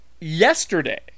yesterday